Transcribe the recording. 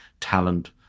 talent